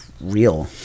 real